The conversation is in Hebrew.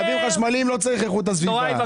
הרב גפני, לרכבים חשמליים, לא צריך איכות הסביבה.